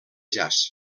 jazz